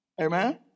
Amen